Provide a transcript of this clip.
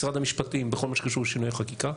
משרד המשפטים בכל מה שקשור לשינויי חקיקה,